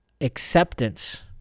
acceptance